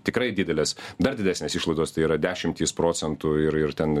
tikrai didelės dar didesnės išlaidos tai yra dešimtys procentų ir ir ten